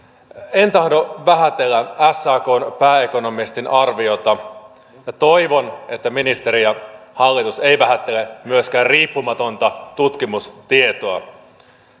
en tahdo vähätellä sakn pääekonomistin arviota minä toivon että ministeri ja hallitus eivät myöskään vähättele riippumatonta tutkimustietoa